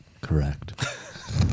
Correct